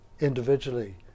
individually